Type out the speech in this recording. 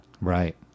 Right